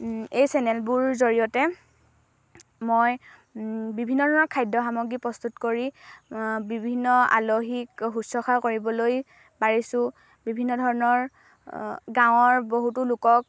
এই চেনেলবোৰ জৰিয়তে মই বিভিন্ন ধৰণৰ খাদ্য সামগ্ৰী প্ৰস্তুত কৰি বিভিন্ন আলহীক শুশ্ৰূষা কৰিবলৈ পাৰিছোঁ বিভিন্ন ধৰণৰ গাঁৱৰ বহুতো লোকক